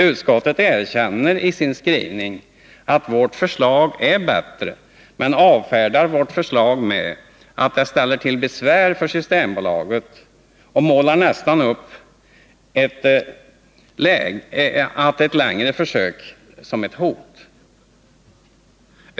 Utskottet erkänner i sin skrivning att vårt förslag är bättre men avfärdar förslaget med att det ställer till besvär för Systembolaget, och utskottet målar nästan upp ett mer långvarigt försök som ett hot.